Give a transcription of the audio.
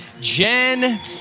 Jen